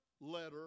letter